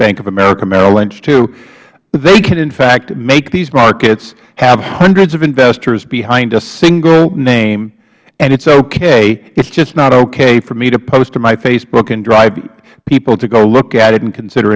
bank of america merrill lynch too they can in fact make these markets have hundreds of investors behind a single name and it's okay it's just not okay for me to post to my facebook and drive people to go look at it and consider